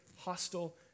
hostile